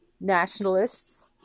nationalists